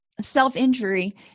Self-injury